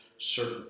certain